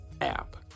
app